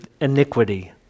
iniquity